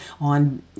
on